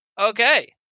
Okay